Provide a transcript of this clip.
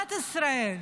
מדינת ישראל,